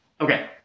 Okay